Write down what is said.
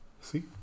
See